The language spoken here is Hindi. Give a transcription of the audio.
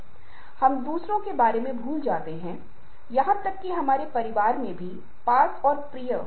आपको अलग अलग संस्कृतियों में यह अलग अलग लग सकता है और आप देखते हैं कि देश के लोग और शहर के लोग जगहा में आने पर अलग तरह से व्यवहार करते हैं